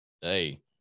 Hey